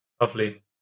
Lovely